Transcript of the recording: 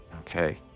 Okay